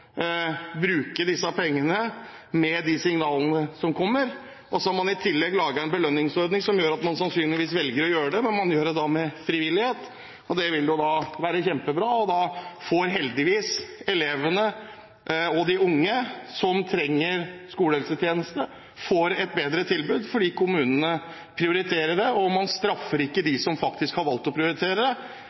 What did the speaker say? bruke disse pengene, og man har i tillegg laget en belønningsordning som gjør at man sannsynligvis velger å gjøre det, men man gjør det da frivillig. Det vil være kjempebra. Da får heldigvis elevene og de unge som trenger skolehelsetjeneste, et bedre tilbud fordi kommunene prioriterer det – man straffer ikke dem som faktisk har valgt å prioritere, men kanskje heller dem som ikke har valgt å prioritere, så de kan se at det